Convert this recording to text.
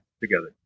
together